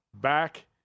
back